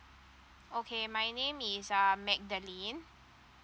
okay my name is um madeline